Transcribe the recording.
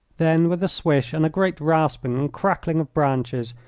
then, with a swish and a great rasping and crackling of branches,